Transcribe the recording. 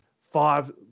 five